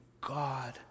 God